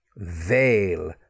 Veil